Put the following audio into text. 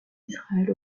israël